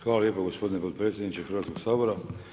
Hvala lijepo gospodine potpredsjedniče Hrvatskog sabora.